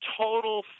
total